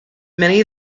many